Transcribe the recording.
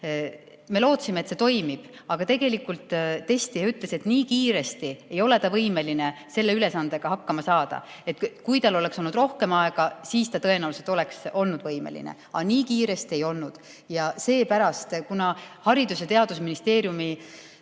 Me lootsime, et see toimib, aga tegelikult testija ütles, et nii kiiresti ei ole ta võimeline selle ülesandega hakkama saama. Kui tal oleks olnud rohkem aega, siis ta tõenäoliselt oleks olnud võimeline, aga nii kiiresti ei olnud. Ja seepärast, kuna Haridus- ja Teadusministeeriumi